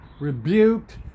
rebuked